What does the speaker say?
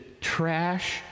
trash